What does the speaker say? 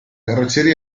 carrozzeria